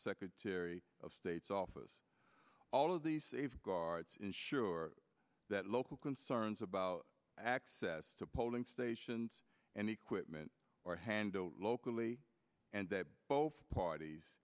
secretary of state's office all of the safeguards ensure that local concerns about access to polling stations and equipment are handled locally and that both parties